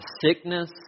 sickness